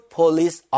police